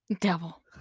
Devil